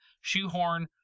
shoehorn